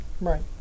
Right